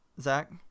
zach